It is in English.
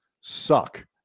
suck